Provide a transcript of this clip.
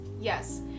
yes